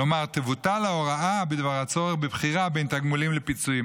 כלומר תבוטל ההוראה בדבר הצורך בבחירה בין תגמולים לפיצויים.